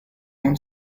own